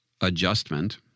adjustment